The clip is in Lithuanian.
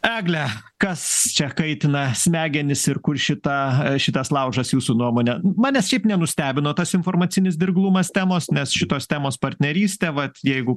egle kas čia kaitina smegenis ir kur šita šitas laužas jūsų nuomone manęs šiaip nenustebino tas informacinis dirglumas temos nes šitos temos partnerystė vat jeigu